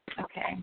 Okay